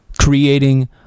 creating